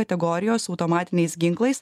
kategorijos automatiniais ginklais